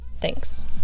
Thanks